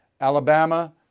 Alabama